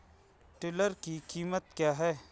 Tiller की कीमत क्या है?